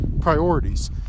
priorities